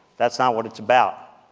that's not what it's about.